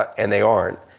and they aren't.